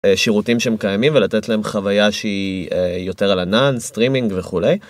שירותים שהם קיימים ולתת להם חוויה שהיא יותר על ענן, סטרימינג וכולי.